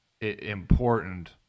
important –